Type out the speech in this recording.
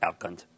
outgunned